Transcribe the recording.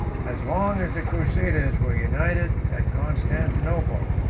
as long as the crusaders were united constantinople,